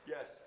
Yes